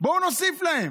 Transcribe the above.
בואו נוסיף להם.